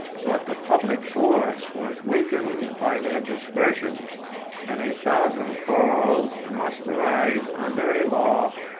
but the public force was weakened by their dispersion and a thousand quarrels must arise under a law,